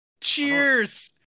Cheers